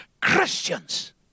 Christians